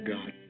God